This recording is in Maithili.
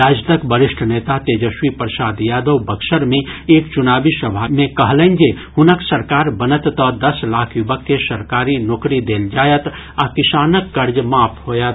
राजदक वरिष्ठ नेता तेजस्वी प्रसार यादव बक्सर मे एक चुनावी सभा मे दोहरौलनि जे हुनक सरकार बनत तऽ दस लाख युवक के सरकारी नोकरी देल जायत आ किसानक कर्ज माफ होयत